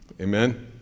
Amen